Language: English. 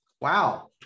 wow